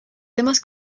temas